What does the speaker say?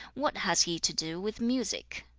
what has he to do with music